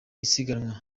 isiganwa